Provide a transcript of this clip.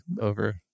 over